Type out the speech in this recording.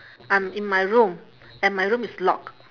I'm in my room and my room is locked